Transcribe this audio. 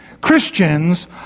Christians